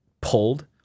pulled